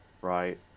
Right